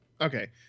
Okay